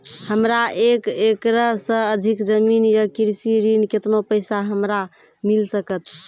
हमरा एक एकरऽ सऽ अधिक जमीन या कृषि ऋण केतना पैसा हमरा मिल सकत?